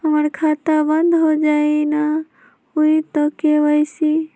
हमर खाता बंद होजाई न हुई त के.वाई.सी?